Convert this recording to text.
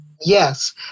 Yes